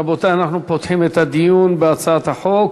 רבותי, אנחנו פותחים את הדיון בהצעת החוק.